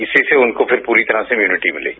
इसीसे उनको फिर पूरी तरह से इम्यूनिटी मिलेगी